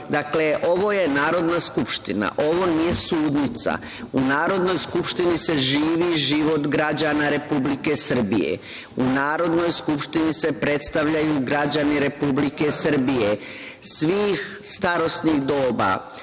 zna. Dakle, ovo je Narodna skupština, ovo nije sudnica. U Narodnoj skupštini se živi život građana Republike Srbije. U Narodnoj skupštini se predstavljaju građani Republike Srbije, svih starosnih doba,